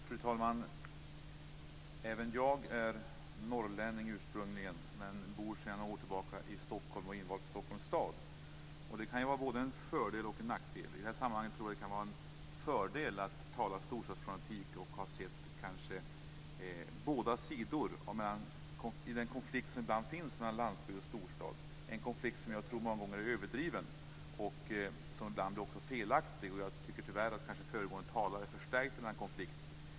Fru talman! Även jag är norrlänning ursprungligen, men bor sedan några år tillbaka i Stockholm och är invald för Stockholms stad, och det kan ju vara både en fördel och en nackdel. I det här sammanhanget tror jag att det kan vara en fördel att tala om storstadsproblematik och ha sett båda sidor i den konflikt som ibland finns mellan landsbygd och storstad, en konflikt som jag tror många gånger är överdriven och ibland också felaktig. Jag tycker nog tyvärr att föregående talare förstärkte denna konflikt.